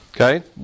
Okay